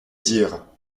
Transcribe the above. dire